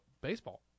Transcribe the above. baseball